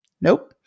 Nope